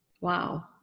Wow